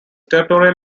territorial